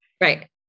Right